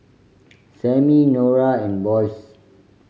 Sammie Norah and Boyce